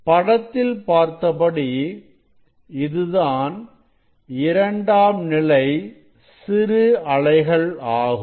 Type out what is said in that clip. படத்தில் பார்த்தபடி இதுதான் இரண்டாம் நிலை சிறு அலைகள் ஆகும்